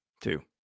Two